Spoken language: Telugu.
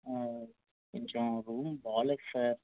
కొంచం రూమ్ బాలేదు సార్